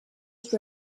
also